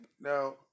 Now